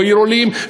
והיא לא עיר-עולים,